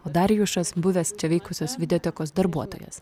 o darjušas buvęs čia veikusios videotekos darbuotojas